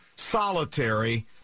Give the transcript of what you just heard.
solitary